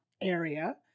area